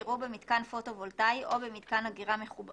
יראו במיתקן פוטו וולטאי או במיתקן אגירה מחוברים